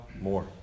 more